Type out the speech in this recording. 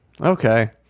okay